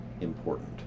important